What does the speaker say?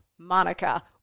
Monica